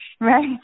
right